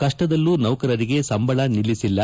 ಕಷ್ನದಲ್ಲೂ ನೌಕರರಿಗೆ ಸಂಬಳ ನಿಲ್ಲಿಸಿಲ್ಲ